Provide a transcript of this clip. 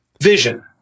Vision